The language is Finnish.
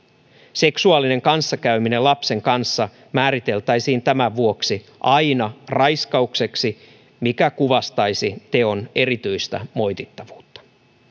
seksuaalinen kanssakäyminen lapsen kanssa määriteltäisiin tämän vuoksi aina raiskaukseksi mikä kuvastaisi teon erityistä moitittavuutta